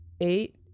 eight